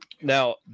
now